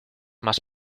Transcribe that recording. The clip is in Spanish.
más